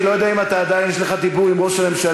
אני לא יודע אם עדיין יש לך דיבור עם ראש הממשלה,